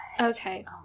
Okay